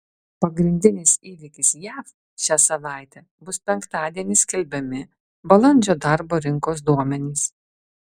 pagrindinis įvykis jav šią savaitę bus penktadienį skelbiami balandžio darbo rinkos duomenys